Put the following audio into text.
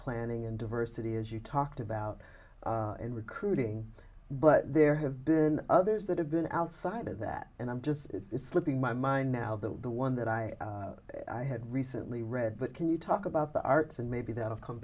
planning and diversity is you talked about in recruiting but there have been others that have been outside of that and i'm just slipping my mind now that the one that i had recently read but can you talk about the arts and maybe they'll come